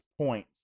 point